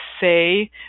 say